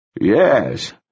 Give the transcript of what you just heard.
Yes